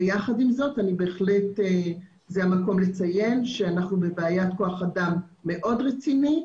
ויחד עם זאת זה בהחלט המקום לציין שאנחנו בבעיית כוח אדם מאוד רצינית,